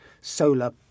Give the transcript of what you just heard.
solar